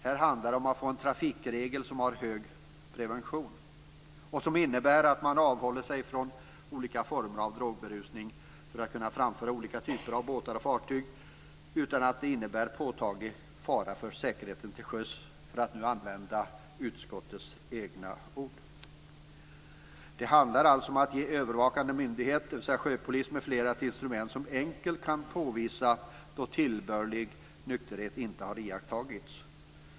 Här handlar det om att få en trafikregel som har hög prevention, som innebär att man avhåller sig från olika former av drogberusning, för att kunna framföra olika typer av båtar och fartyg, utan att det innebär påtaglig fara för säkerheten till sjöss, för att nu använda utskottets egna ord. Det handlar alltså om att ge övervakande myndighet, dvs. sjöpolis m.fl., ett instrument för att enkelt kunna påvisa då tillbörlig nykterhet inte har iakttagits.